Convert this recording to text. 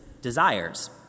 Desires